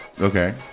Okay